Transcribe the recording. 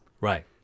right